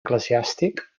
eclesiàstic